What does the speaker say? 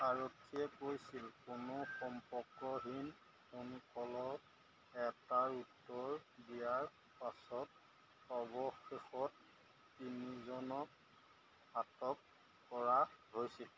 আৰক্ষীয়ে কৈছিল কোনো সম্পৰ্কহীন ফোনকলত এটাৰ উত্তৰ দিয়াৰ পাছত অৱশেষত তিনিওজনক আটক কৰা হৈছিল